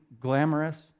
glamorous